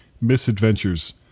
misadventures